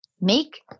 make